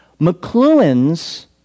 McLuhan's